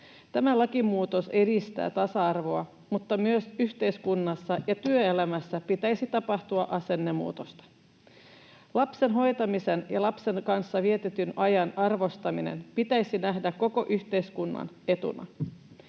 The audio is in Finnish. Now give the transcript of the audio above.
Tämä lakimuutos edistää tasa-arvoa, mutta myös yhteiskunnassa ja työelämässä pitäisi tapahtua asennemuutosta. Lapsen hoitamisen ja lapsen kanssa vietetyn ajan arvostaminen pitäisi nähdä koko yhteiskunnan etuna.